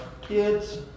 kids